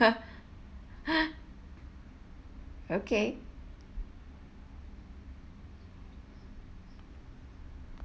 okay